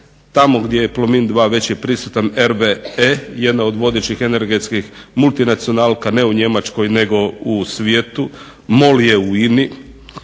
Tamo gdje je Plomin 2 već je prisutan RWE, jedna od vodećih energetskih multinacionalka ne u Njemačkoj nego u svijetu. MOL je u INA-i,